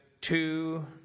two